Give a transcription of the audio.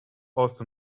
also